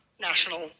national